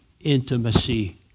intimacy